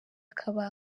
akaba